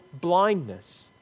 blindness